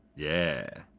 yeah,